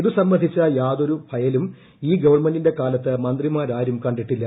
ഇതു സുംബന്ധിച്ച യാതൊരു ഫയലും ഈ ഗവൺമെന്റിന്റെ കാലത്ത് മ്ന്ത്രിമാരാരും കണ്ടിട്ടില്ല